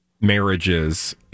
marriages